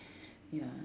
ya